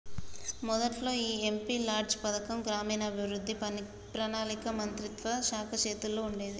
మొదట్లో ఈ MP LADS పథకం గ్రామీణాభివృద్ధి పణాళిక మంత్రిత్వ శాఖ చేతుల్లో ఉండేది